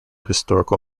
historical